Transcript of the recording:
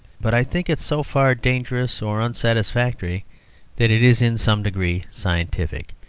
but i think it so far dangerous or unsatisfactory that it is in some degree scientific.